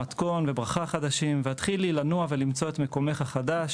מתכון וברכה חדשים והתחילי לנוע ולמצוא את מקומך החדש.